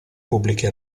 pubbliche